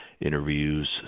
interviews